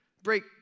Break